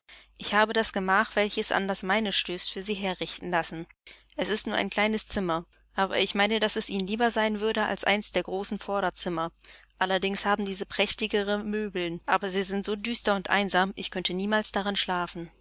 ich habe das gemach welches an das meine stößt für sie herrichten lassen es ist nur ein kleines zimmer aber ich meinte daß es ihnen lieber sein würde als eins der großen vorderzimmer allerdings haben diese prächtigere möbeln aber sie sind so düster und einsam ich könnte niemals darin schlafen